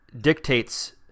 dictates